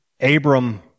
Abram